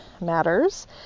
matters